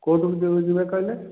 କୋଉଠୁକୁ ଯିବେ କହିଲେ